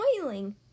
boiling